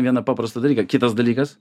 vieną paprastą dalyką kitas dalykas